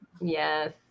yes